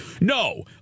No